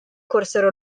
corsero